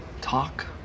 talk